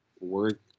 work